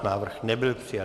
Návrh nebyl přijat.